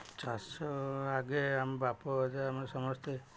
ଚାଷ ଆଗେ ଆମ ବାପ ଅଜା ଆମ ସମସ୍ତେ